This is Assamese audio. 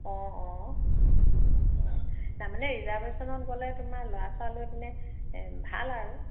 অঁ অঁ অ তাৰমানে ৰিজাৰ্ভেশ্যনত গ'লে তোমাৰ ল'ৰা ছোৱালী লৈ পিনে ভাল আৰু